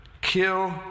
kill